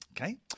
okay